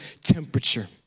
temperature